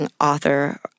author